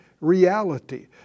reality